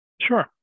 Sure